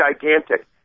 gigantic